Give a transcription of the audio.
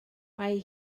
mae